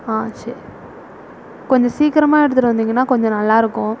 ஆ சே கொஞ்சம் சீக்கிரமாக எடுத்துகிட்டு வந்தீங்கன்னால் கொஞ்சம் நல்லாயிருக்கும்